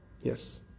Yes